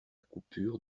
coupure